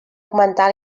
augmentar